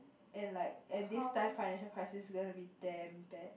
and like and this time financial crisis gonna be damn bad